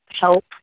help